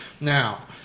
Now